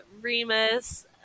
remus